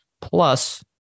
Plus